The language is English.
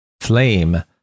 flame